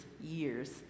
years